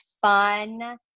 fun